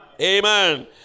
Amen